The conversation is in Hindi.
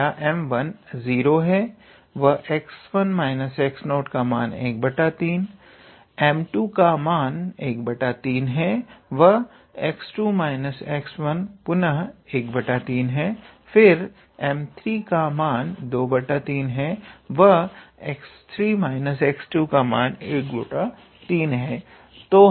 हमारा 𝑚1 का मान 0 है व 𝑥1 − 𝑥0 का मान13 है 𝑚2 का मान 13 है व 𝑥2 − 𝑥1 पुनः 13 है फिर 𝑚3 का मान 23 व 𝑥3 − 𝑥2 का मान 13 है